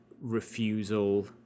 refusal